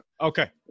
okay